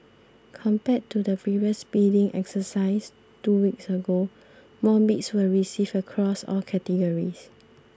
compared to the previous bidding exercise two weeks ago more bids were received across all categories